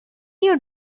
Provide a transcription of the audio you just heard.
you